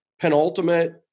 penultimate